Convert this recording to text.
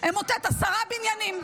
אמוטט עשרה בניינים.